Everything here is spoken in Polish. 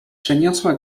przeniosła